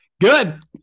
Good